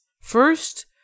First